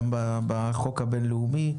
גם בחוק הבין-לאומי,